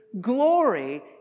glory